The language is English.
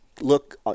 Look